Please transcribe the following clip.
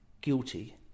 guilty